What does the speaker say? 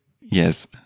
Yes